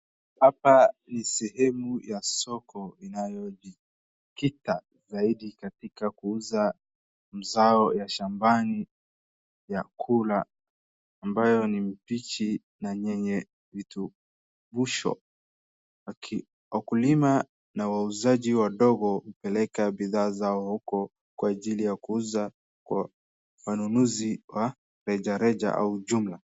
Hapa ni sehemu ya soko inayokita zaidi katika kuuza mazao ya shambani, vyakula, ambayo ni mbichi na yenye viturusho. Wakulima na wauzaji wadogo hupeleka bidhaa zao huko kwa ajili ya kuuza kwa wanunuzi wa rejareja au jumla.